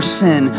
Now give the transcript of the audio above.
sin